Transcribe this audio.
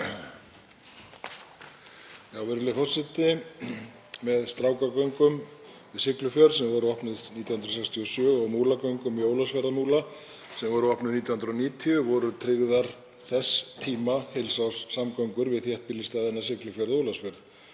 Virðulegur forseti. Með Strákagöngum við Siglufjörð, sem voru opnuð 1967, og Múlagöngum í Ólafsfjarðarmúla, sem voru opnuð 1990, voru tryggðar þess tíma heilsárssamgöngur við þéttbýlisstaðina Siglufjörð og Ólafsfjörð.